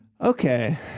Okay